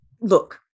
look